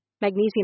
Magnesium